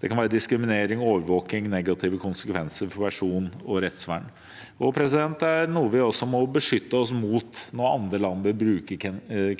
Det kan være diskriminering, overvåking og negative konsekvenser for person- og rettsvern. Det er noe vi også må beskytte oss mot når andre land vil bruke